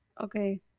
Okay